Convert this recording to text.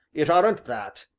it aren't that,